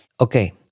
Okay